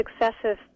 successive